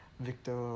Victor